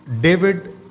David